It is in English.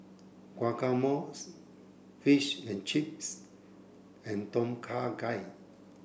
Guacamole's Fish and Chips and Tom Kha Gai